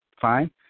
fine